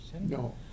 No